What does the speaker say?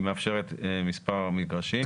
היא מאפשרת מספר מגרשים.